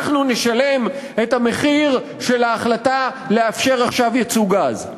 אנחנו נשלם את המחיר של ההחלטה לאפשר עכשיו ייצוא גז.